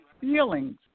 feelings